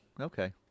okay